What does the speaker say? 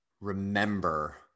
remember